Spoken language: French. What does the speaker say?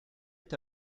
est